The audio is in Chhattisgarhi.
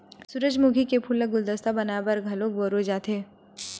सूरजमुखी के फूल ल गुलदस्ता बनाय बर घलो बउरे जाथे